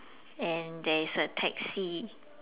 and there is a taxi